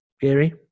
Gary